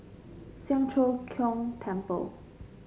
Siang Cho Keong Temple